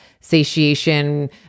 satiation